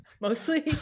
Mostly